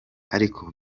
ariko